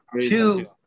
two